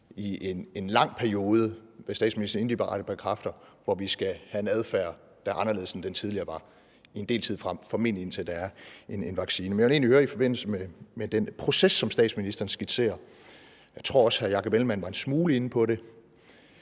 i en lang periode, hvad statsministeren indirekte bekræfter, hvor vi skal have en adfærd, der er anderledes, end den tidligere var, i en del tid frem, formentlig indtil der er en vaccine. Men jeg vil egentlig høre i forbindelse med den proces, som statsministeren skitserer – jeg tror også, hr. Jakob Ellemann-Jensen var en smule inde på det: